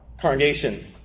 Carnation